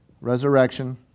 Resurrection